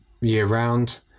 year-round